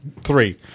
three